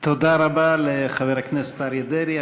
תודה רבה לחבר הכנסת אריה דרעי.